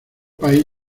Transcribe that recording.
país